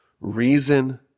Reason